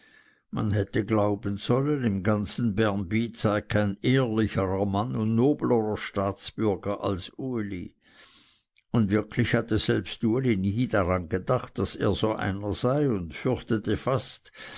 man hätte glauben sollen im ganzen bernbiet sei kein ehrlicherer mann und noblerer staatsbürger als uli und wirklich hatte selbst uli nie daran gedacht daß er so einer sei und fürchtete fast